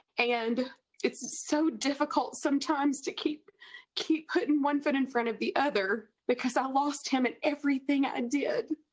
and it's so difficult sometimes to keep keep putting one foot in front of the other because i lost him with and everything i did.